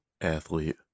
athlete